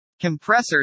Compressors